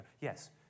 yes